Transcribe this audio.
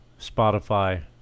Spotify